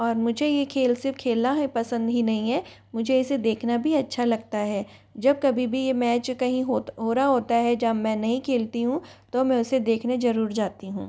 और मुझे ये खेल सिर्फ़ खेलना है पसंद ही नहीं है मुझे इसे देखना भी अच्छा लगता है जब कभी भी ये मैच कहीं हो रहा होता है जहाँ मैं नहीं खेलती हूँ तो मैं उसे देखने जरूर जाती हूँ